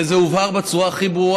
וזה הובהר בצורה הכי ברורה,